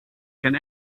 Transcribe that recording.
can